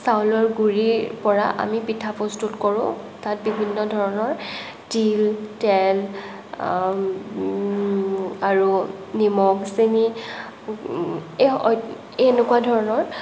চাউলৰ গুৰিৰ পৰা আমি পিঠা প্ৰস্তুত কৰোঁ তাত বিভিন্ন ধৰণৰ তিল তেল আৰু নিমখ চেনী এই এই এনেকুৱা ধৰণৰ